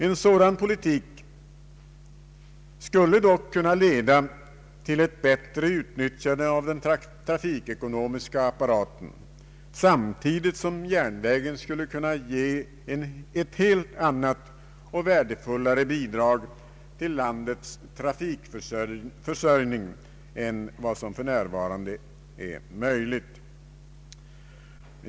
En sådan politik skulle dock kunna leda till ett bättre utnyttjande av den trafikekonomiska apparaten, samtidigt som järnvägen skulle kunna ge ett helt annat och värdefullare bidrag till landets trafikförsörjning än vad som för närvarande är möjligt.